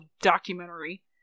documentary